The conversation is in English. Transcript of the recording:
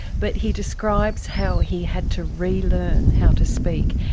but he describes how he had to relearn how to speak,